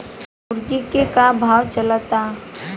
मुर्गा के का भाव चलता?